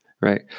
right